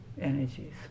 energies